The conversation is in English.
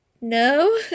No